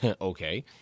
Okay